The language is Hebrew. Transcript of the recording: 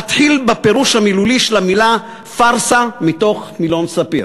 אתחיל בפירוש המילולי של המילה פארסה מתוך מילון ספיר: